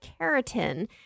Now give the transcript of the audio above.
keratin